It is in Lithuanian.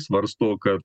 svarsto kad